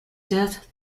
death